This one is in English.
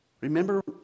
Remember